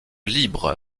libre